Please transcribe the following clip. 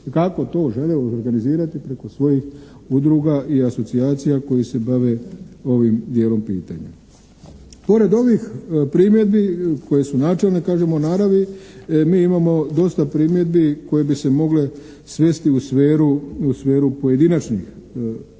tako to žele organizirati preko svojih udruga i asocijacija koje se bave ovim dijelom pitanja. Pored ovih primjedbi koje su načelne kažemo naravi, mi imamo dosta primjedbi koje bi se mogle svesti u sferu pojedinačnih primjedbi